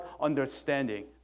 understanding